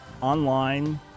online